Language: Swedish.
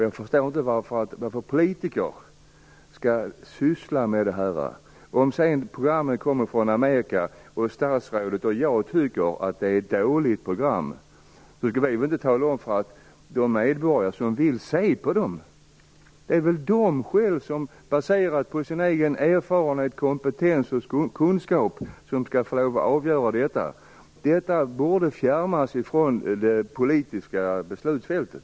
Jag förstår inte varför politiker skall syssla med det här. Om programmen kommer från Amerika, och statsrådet och jag tycker att de är dåliga skall väl inte vi tala om det för de medborgare som vill se programmen. Det är väl de själva som skall avgöra detta baserat på deras egen erfarenhet, kompetens och kunskap. Detta borde fjärmas från det politiska beslutsfältet.